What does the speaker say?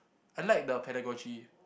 I like the pedagogy